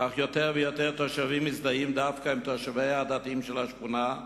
כך יותר ויותר תושבים מזדהים דווקא עם תושביה הדתיים של השכונה,